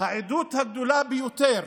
העדות הגדולה ביותר